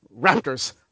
raptors